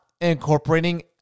incorporating